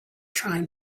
trying